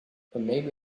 butmaybe